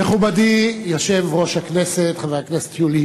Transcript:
מכובדי יושב-ראש הכנסת, חבר הכנסת יולי